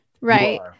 Right